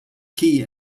key